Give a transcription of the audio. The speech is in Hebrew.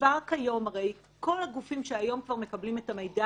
שכבר כיום הרי כל הגופים שכיום כבר מקבלים את המידע